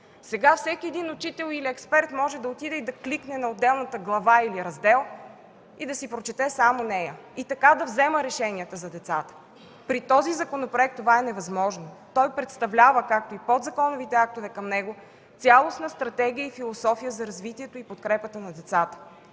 Сега всеки учител или експерт може да кликне на отделната глава или раздел, да си прочете само нея и така да взема решенията за децата. При този законопроект това е невъзможно. Той представлява, както и подзаконовите актове към него, цялостна стратегия и философия за развитието и подкрепата на децата,